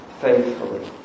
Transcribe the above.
faithfully